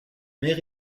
mer